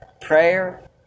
prayer